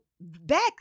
back